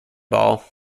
ball